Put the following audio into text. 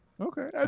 Okay